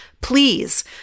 please